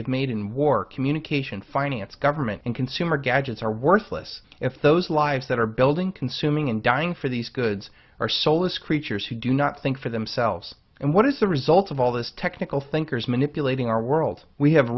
have made in war communication finance government and consumer gadgets are worthless if those lives that are building consuming and dying for these goods are sold us creatures who do not think for themselves and what is the result of all this technical thinkers manipulating our world we have